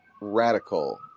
radical